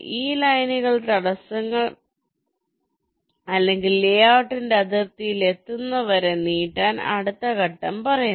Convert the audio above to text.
ഈ ലൈനുകൾ തടസ്സങ്ങൾ അല്ലെങ്കിൽ ലേഔട്ടിന്റെ അതിർത്തിയിൽ എത്തുന്നതുവരെ നീട്ടാൻ അടുത്ത ഘട്ടം പറയുന്നു